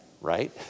right